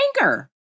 anger